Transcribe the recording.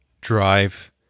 drive